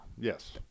Yes